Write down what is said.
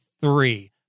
three